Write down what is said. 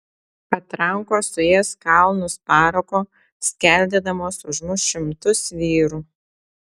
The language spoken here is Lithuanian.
patrankos suės kalnus parako skeldėdamos užmuš šimtus vyrų